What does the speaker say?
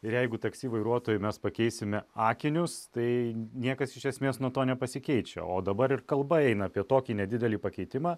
ir jeigu taksi vairuotojui mes pakeisime akinius tai niekas iš esmės nuo to nepasikeičia o dabar ir kalba eina apie tokį nedidelį pakeitimą